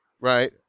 Right